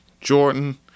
Jordan